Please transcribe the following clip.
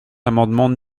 l’amendement